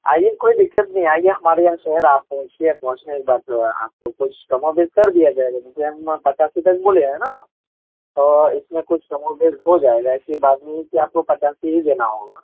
آئیے کوئی دقت نہیں آئیے ہمارے یہاں شہر آپ پہنچیے پہنچنے کے بعد جو ہے آپ کو کچھ کم و بیش کر دیا جائے گا جیسے ہم پچاسی تک بولے ہیں نا تو اس میں کچھ کم و بیش ہو جائے گا ایسی بات نہیں ہے کہ آپ کو پچاسی ہی دینا ہوگا